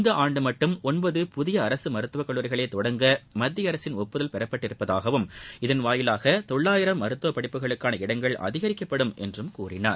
இந்த ஆண்டு மட்டும் ஒன்பது புதிய அரசு மருத்துவக் கல்லூரிகளை தொடங்க மத்திய அரசின் ஒப்புதல் பெறப்பட்டுள்ளதாகவும் இதன்மூலம் தொள்ளாயிரம் மருத்துவ படிப்புகளுக்கான இடங்கள் அதிகரிக்கப்படும் என்றும் கூறினார்